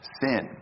sin